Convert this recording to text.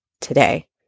today